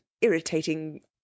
irritating